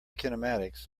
kinematics